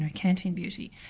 ah kantian beauty.